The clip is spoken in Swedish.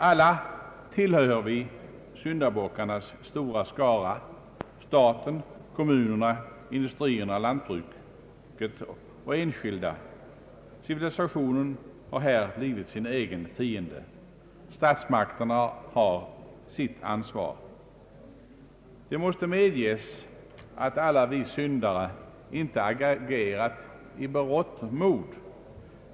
Alla tillhör syndabockarnas stora skara: staten, kommunerna, industrierna, lantbruket och enskilda. Civilisationen har här blivit sin egen fiende. Statsmakterna har sitt ansvar. Det måste medges att alla vi syndare inte agerar i berått mod.